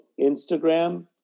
Instagram